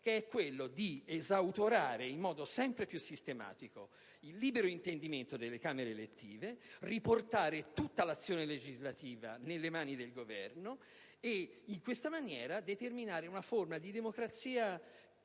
centro: esautorare in modo sempre più sistematico il libero intendimento delle Camere elettive, per riportare tutta l'azione legislativa nelle mani del Governo, determinando in questa maniera una forma di democrazia